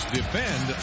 defend